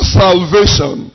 salvation